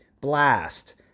blast